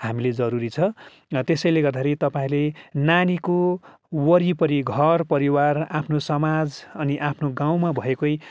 हामीले जरुरी छ त्यसैले गर्दाखेरि तपाँईहरूले नानीको वरिपरि घरपरिवार आफ्नो समाज अनि आफ्नो गाउँमा भएकै